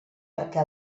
perquè